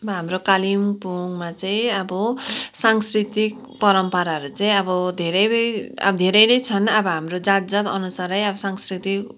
अब हाम्रो कालिम्पोङमा चाहिँ अब सांस्कृतिक परम्पराहरू चाहिँ अब धेरै अब धेरै नै छन् अब हाम्रो जात जातअनुसारै अब सांस्कृतिक